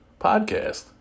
Podcast